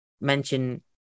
mention